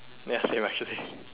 ya same actually